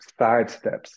sidesteps